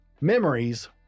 memories